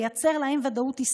ולייצר ודאות עסקית.